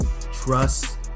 trust